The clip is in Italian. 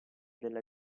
della